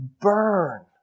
burn